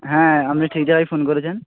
হ্যাঁ আপনি ঠিক জায়গায় ফোন করেছেন